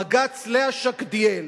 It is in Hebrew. בג"ץ לאה שקדיאל